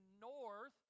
north